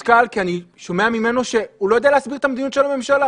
אני מתוסכל כי אני שומע ממנו שהוא לא יודע להסביר את מדיניות הממשלה.